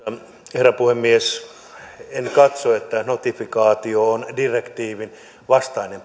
herra puhemies en katso että notifikaatio on direktiivin vastainen